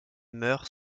meurt